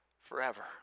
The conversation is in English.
forever